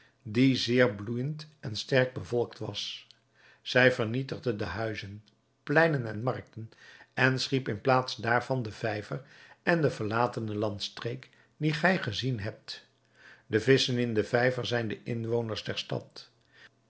die zeer bloeijend en sterk bevolkt was zij vernietigde de huizen pleinen en markten en schiep in plaats daarvan den vijver en de verlatene landstreek die gij gezien hebt de visschen in den vijver zijn de inwoners der stad